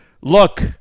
look